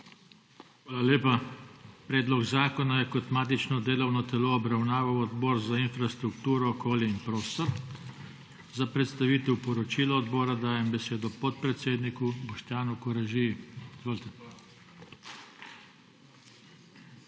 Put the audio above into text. Hvala lepa. Predlog zakona je kot matično delovno telo obravnaval Odbor za infrastrukturo, okolje in prostor. Za predstavitev poročila odbora dajem besedo podpredsedniku Boštjanu Koražiji. Izvolite.